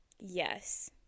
yes